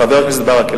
חבר הכנסת ברכה.